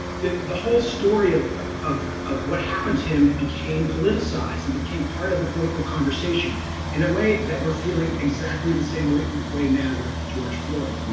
the the whole story of ah of of what happened to him became politicized and became part of the political conversation in a way that we're feeling exactly the same and way now with george floyd